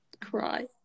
cry